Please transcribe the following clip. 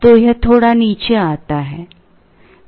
तो यह थोड़ा नीचे आता है